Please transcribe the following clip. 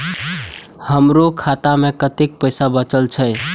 हमरो खाता में कतेक पैसा बचल छे?